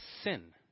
Sin